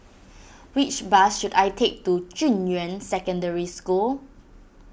which bus should I take to Junyuan Secondary School